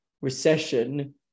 recession